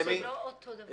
אבל זה לא אותו הדבר.